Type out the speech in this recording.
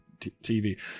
TV